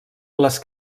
les